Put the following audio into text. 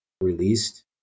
released